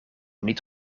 niet